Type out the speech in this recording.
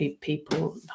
people